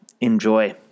enjoy